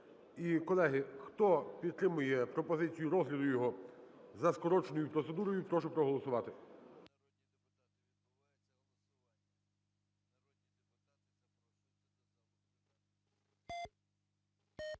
колеги, хто підтримує пропозицію розгляду його за скороченою процедурою, прошу проголосувати.